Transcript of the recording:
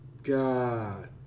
God